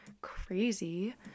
crazy